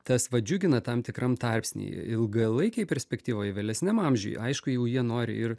tas va džiugina tam tikram tarpsnyje ilgalaikėj perspektyvoj vėlesniam amžiui aišku jau jie nori ir